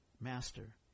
Master